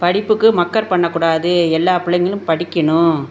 படிப்புக்கு மக்கர் பண்ணக்கூடாது எல்லா பிள்ளைங்களும் படிக்கணும்